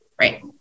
Right